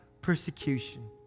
persecution